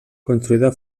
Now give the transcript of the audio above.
construïda